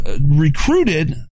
recruited